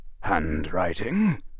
handwriting